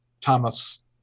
Thomas